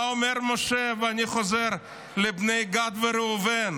מה אומר משה, ואני חוזר, לבני גד וראובן?